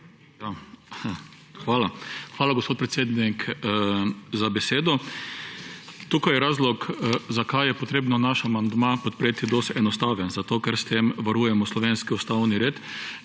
SD): Hvala, gospod predsednik, za besedo. Tukaj je razlog, zakaj je treba naš amandma podpreti, dosti enostaven. Ker s tem varujemo slovenski ustavni red.